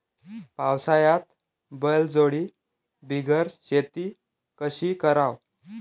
पावसाळ्यात बैलजोडी बिगर शेती कशी कराव?